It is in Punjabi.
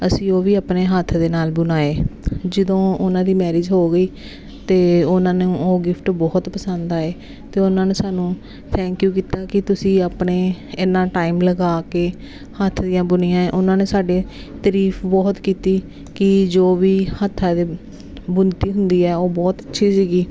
ਅਸੀਂ ਉਹ ਵੀ ਆਪਣੇ ਹੱਥ ਦੇ ਨਾਲ ਬੁਣਾਏ ਜਦੋਂ ਉਹਨਾਂ ਦੀ ਮੈਰਿਜ ਹੋ ਗਈ ਅਤੇ ਉਹਨਾਂ ਨੂੰ ਉਹ ਗਿਫਟ ਬਹੁਤ ਪਸੰਦ ਆਏ ਅਤੇ ਉਹਨਾਂ ਨੇ ਸਾਨੂੰ ਥੈਂਕ ਯੂ ਕੀਤਾ ਕਿ ਤੁਸੀਂ ਆਪਣੇ ਇੰਨਾਂ ਟਾਈਮ ਲਗਾ ਕੇ ਹੱਥ ਦੀਆਂ ਬੁਣੀਆਂ ਉਹਨਾਂ ਨੇ ਸਾਡੇ ਤਾਰੀਫ ਬਹੁਤ ਕੀਤੀ ਕਿ ਜੋ ਵੀ ਹੱਥਾਂ ਦੇ ਬੁਣਤੀ ਹੁੰਦੀ ਆ ਉਹ ਬਹੁਤ ਅੱਛੀ ਸੀਗੀ